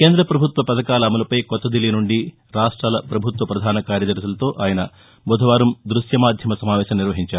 కేంద్ర ప్రభుత్వ పథకాల అమలుపై కొత్తదిల్లీ నుండి రాష్టాల ప్రభుత్వ ప్రధాన కార్యదర్భులతో ఆయస బుధవారం దృశ్య మాధ్యమ సమావేశం నిర్వహించారు